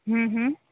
હં હં